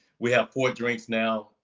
we have four drinks now.